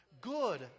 Good